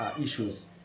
issues